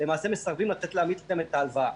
מסרבים לתת --- את ההלוואה.